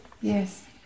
Yes